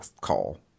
call